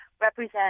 represent